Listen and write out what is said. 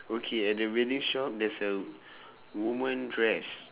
okay at the wedding shop there's a woman dress